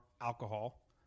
alcohol